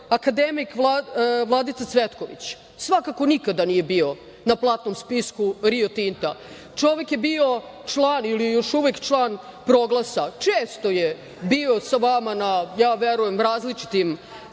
akademik Vladica Cvetković, svakako nikada nije bio na platnom spisku Rio Tinta, čovek je bio član ili je još uvek član Proglasa, često je sa vama bio, ja verujem različitim